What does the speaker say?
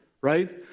right